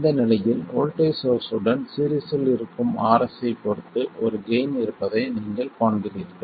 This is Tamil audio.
இந்த நிலையில் வோல்ட்டேஜ் சோர்ஸ் உடன் சீரிஸ் இல் இருக்கும் Rs ஐப் பொறுத்து ஒரு கெய்ன் இருப்பதை நீங்கள் காண்கிறீர்கள்